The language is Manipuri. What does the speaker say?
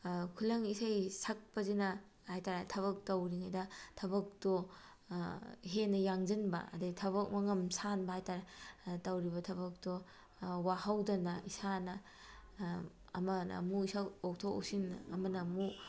ꯈꯨꯂꯪ ꯏꯁꯩ ꯁꯛꯄꯁꯤꯅ ꯍꯥꯏꯇꯥꯔꯦ ꯊꯕꯛ ꯇꯧꯔꯤꯉꯩꯗ ꯊꯕꯛꯇꯣ ꯍꯦꯟꯅ ꯌꯥꯡꯖꯤꯟꯕ ꯑꯗꯩ ꯊꯕꯛ ꯃꯉꯝ ꯁꯥꯟꯕ ꯍꯥꯏꯇꯥꯔꯦ ꯑꯗ ꯇꯧꯔꯤꯕ ꯊꯕꯛꯇꯣ ꯋꯥꯍꯧꯗꯅ ꯏꯁꯥꯅ ꯑꯃꯅ ꯑꯃꯨꯛ ꯑꯣꯛꯊꯣꯛ ꯑꯣꯛꯁꯤꯟ ꯑꯃꯅ ꯑꯃꯨꯛ